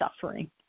suffering